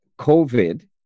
COVID